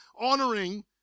honoring